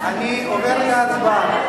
בהסכמה,